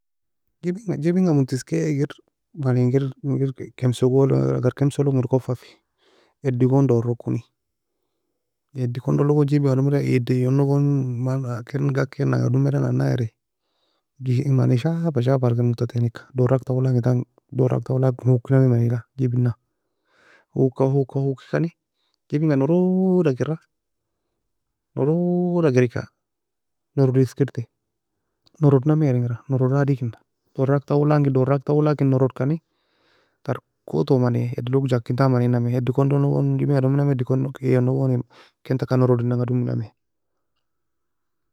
Jibinga jibinga mutt eskay engir, mani engir ingir kemsoglo agar komsolo ingir kuffa fe, eddi gon dorog koni. Eddi kondono gon jibinga domeda eddi eyiono gon man ken gakenanga domeda nanna eri, ji- many shafa shafara kir muttaten eka, dorak tawoe langintan, dorak toue lak hokei nami maniga jibinga, hoka koka hkoikani, jibinga nroda kira noroda kir eka norider eskitai, norod nami ingira, nororad igina. Dorak tawoe lakin dorak tawoe lakin norodkani, tarkoto mani eddi logo jakintan mani eddi condono gon jibinga domenami cond eddi eiono gon in ken taka norodinanga dominami.